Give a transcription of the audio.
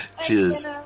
cheers